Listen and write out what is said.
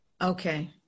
Okay